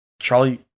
Charlie